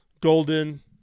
golden